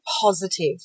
positive